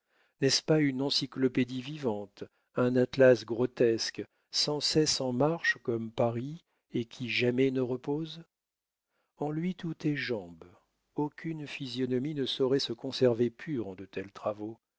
n'est-ce pas une encyclopédie vivante un atlas grotesque sans cesse en marche comme paris et qui jamais ne repose en lui tout est jambes aucune physionomie ne saurait se conserver pure en de tels travaux